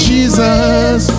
Jesus